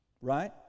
Right